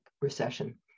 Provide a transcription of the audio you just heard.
recession